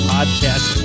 Podcast